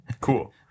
cool